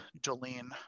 Jolene